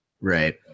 Right